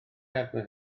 agwedd